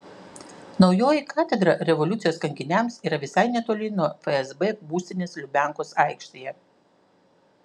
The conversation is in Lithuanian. naujoji katedra revoliucijos kankiniams yra visai netoli nuo fsb būstinės lubiankos aikštėje